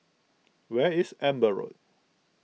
where is Amber Road